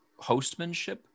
hostmanship